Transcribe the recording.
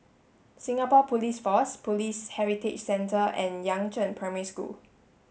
Singapore Police Force Police Heritage Centre and Yangzheng Primary School